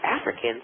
Africans